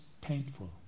painful